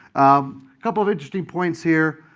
a couple of interesting points here.